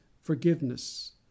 forgiveness